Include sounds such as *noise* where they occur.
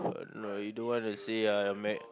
*breath* no you don't want to see uh your mag